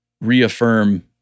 reaffirm